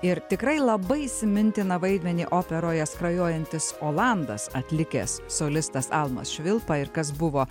ir tikrai labai įsimintiną vaidmenį operoje skrajojantis olandas atlikęs solistas almas švilpa ir kas buvo